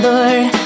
Lord